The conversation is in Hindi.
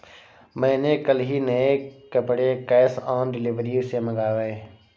मैंने कल ही नए कपड़े कैश ऑन डिलीवरी से मंगाए